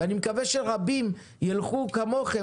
ואני מקווה שרבים ילכו כמוכם,